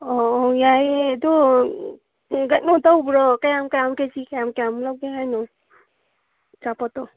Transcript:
ꯑꯣ ꯑꯣ ꯌꯥꯏꯌꯦ ꯑꯗꯣ ꯀꯩꯅꯣ ꯇꯧꯕ꯭ꯔꯣ ꯀꯌꯥꯝ ꯀꯌꯥꯝ ꯀꯦ ꯖꯤ ꯀꯌꯥꯝ ꯀꯌꯥꯝ ꯂꯧꯒꯦ ꯍꯥꯏꯅꯣ ꯑꯆꯥꯄꯣꯠꯇꯣ